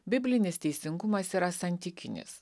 biblinis teisingumas yra santykinis